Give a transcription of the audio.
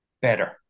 better